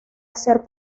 hacer